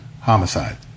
homicide